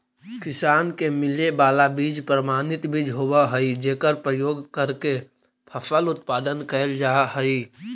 किसान के मिले वाला बीज प्रमाणित बीज होवऽ हइ जेकर प्रयोग करके फसल उत्पादन कैल जा हइ